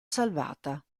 salvata